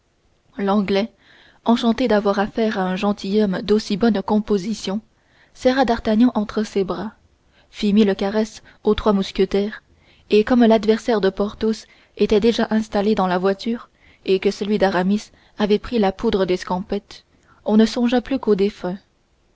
l'anglais enchanté d'avoir affaire à un gentilhomme d'aussi bonne composition serra d'artagnan entre ses bras fit mille caresses aux trois mousquetaires et comme l'adversaire de porthos était déjà installé dans la voiture et que celui d'aramis avait pris la poudre d'escampette on ne songea plus qu'au défunt